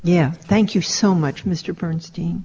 yeah thank you so much mr bernstein